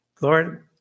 Lord